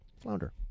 Flounder